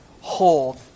hold